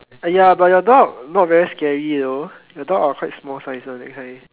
ya but your dog not very scary though your dog are quite small sizes that kind